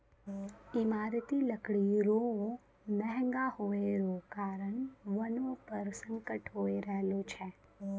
ईमारती लकड़ी रो महगा होय रो कारण वनो पर संकट होय रहलो छै